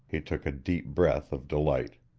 he took a deep breath of delight.